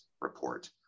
Report